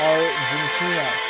Argentina